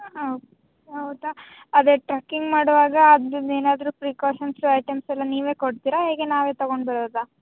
ಹಾಂ ಹೌದಾ ಅದೇ ಟ್ರಕ್ಕಿಂಗ್ ಮಾಡುವಾಗ ಅದ್ರದ್ದು ಏನಾದರೂ ಪ್ರಿಕೋಶನ್ಸ್ ಐಟಮ್ಸೆಲ್ಲ ನೀವೇ ಕೊಡ್ತೀರಾ ಹೇಗೆ ನಾವೇ ತೊಗೊಂಡ್ಬರೋದಾ